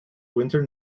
winter